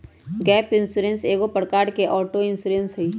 gap insurance एगो प्रकार के ऑटो इंश्योरेंस हइ